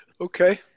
Okay